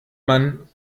man